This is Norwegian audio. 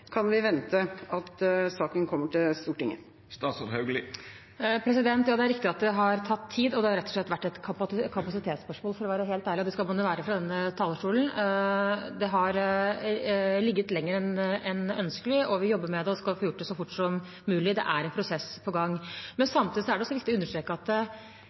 kan vi vente at saken kommer til Stortinget? Det er riktig at det har tatt tid, det har rett og slett vært et kapasitetsspørsmål – for å være helt ærlig, og det skal man jo være fra denne talerstolen. Dette har ligget lenger enn ønskelig. Vi jobber med det og skal få gjort det så fort som mulig – det er en prosess på gang. Samtidig er det viktig å understreke at